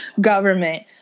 government